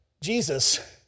Jesus